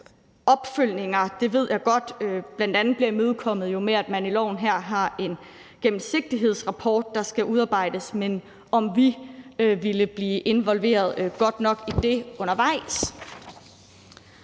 opfølgning. Jeg ved godt, at det bliver imødekommet med, at man i lovforslaget her har en gennemsigtighedsrapport, der skal udarbejdes, men spørgsmålet er, om vi vil blive involveret godt nok i det undervejs.